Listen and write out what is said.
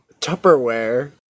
Tupperware